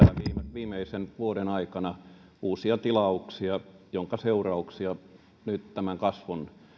viimeisen vuoden aikana lisää uusia tilauksia minkä seurauksia nyt tämän kasvun